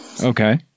Okay